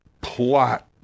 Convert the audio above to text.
plot